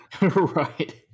Right